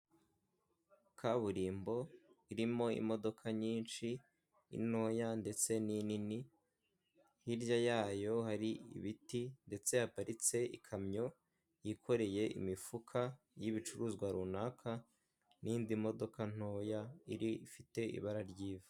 Kaburimbo irimo imodoka nyinshi intoya ndetse n'inini hirya yayo hari ibiti ndetse yaparitse ikamyo yikoreye imifuka y'ibicuruzwa runaka n'indi modoka ntoya ifite ibara ry'ivu.